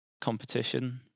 competition